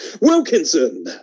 Wilkinson